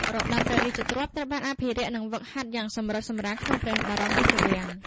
របាំព្រះរាជទ្រព្យត្រូវបានអភិរក្ស និងហ្វឹកហាត់យ៉ាងសម្រិតសម្រាំងក្នុងព្រះបរមរាជវាំង។